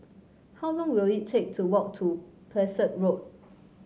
how long will it take to walk to Pesek Road